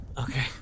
Okay